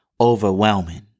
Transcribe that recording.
overwhelming